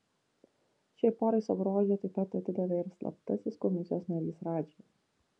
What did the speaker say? šiai porai savo rožę taip pat atidavė ir slaptasis komisijos narys radži